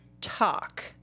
talk